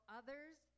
others